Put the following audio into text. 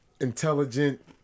intelligent